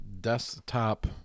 desktop